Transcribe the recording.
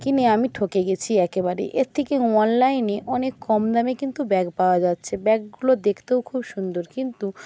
কিনে আমি ঠকে গেছি একেবারে এর থেকে অনলাইনে অনেক কম দামে কিন্তু ব্যাগ পাওয়া যাচ্ছে ব্যাগগুলো দেখতেও খুব সুন্দর কিন্তু